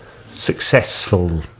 successful